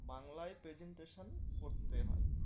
বাংলায় প্রেজেন্টেশান করতে হয়